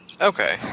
Okay